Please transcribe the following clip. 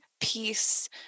peace